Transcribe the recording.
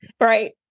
right